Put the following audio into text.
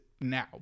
now